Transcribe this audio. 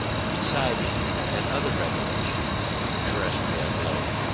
and beside it that other revelation the terrestrial globe.